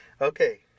Okay